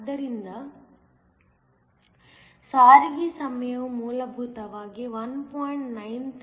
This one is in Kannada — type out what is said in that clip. ಆದ್ದರಿಂದ ಸಾರಿಗೆ ಸಮಯವು ಮೂಲಭೂತವಾಗಿ 1